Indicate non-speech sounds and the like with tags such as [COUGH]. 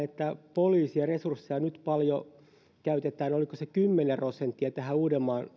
[UNINTELLIGIBLE] että poliisien resursseja nyt paljon käytetään oliko se kymmenen prosenttia tähän uudenmaan